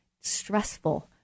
stressful